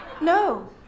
No